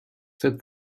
said